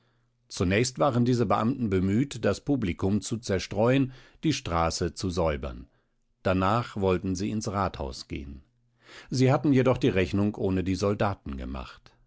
zunächst waren diese beamten bemüht das publikum zu zerstreuen die straße zu säubern danach wollten sie ins rathaus gehen sie hatten jedoch die rechnung ohne die soldaten gemacht